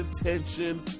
attention